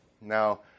Now